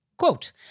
Quote